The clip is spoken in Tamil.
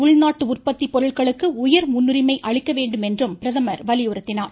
உள்நாட்டு உற்பத்தி பொருட்களுக்கு உயர் முன்னுரிமை அளிக்க வேண்டும் என்றும் அவர் வலியுறுத்தினார்